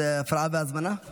הפרעה בהזמנה?